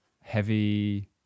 heavy